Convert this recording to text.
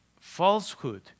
falsehood